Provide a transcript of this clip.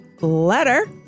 Letter